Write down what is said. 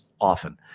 often